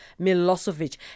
Milosevic